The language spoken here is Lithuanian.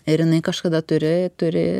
ir jinai kažkada turi turi